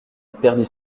perdit